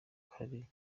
hari